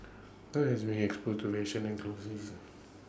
dawn has been exposed to fashion and clothes